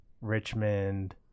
Richmond